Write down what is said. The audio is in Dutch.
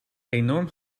enorm